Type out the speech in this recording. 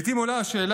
לעיתים עולה השאלה